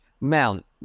Mount